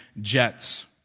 jets